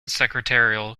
secretarial